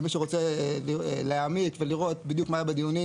למי שרוצה להעמיק ולראות בדיוק מה היה בדיונים,